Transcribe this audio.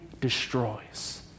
destroys